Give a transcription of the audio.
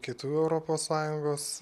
kitų europos sąjungos